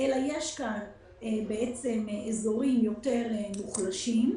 יש כאן אזורים יותר מוחלשים.